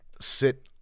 sit